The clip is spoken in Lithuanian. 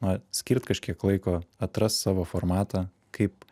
na skirt kažkiek laiko atrast savo formatą kaip